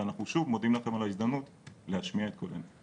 ואנחנו שוב מודים לכם על ההזדמנות להשמיע את קולנו.